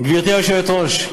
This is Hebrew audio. גברתי היושבת-ראש,